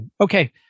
okay